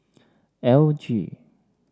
L G